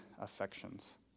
affections